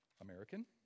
American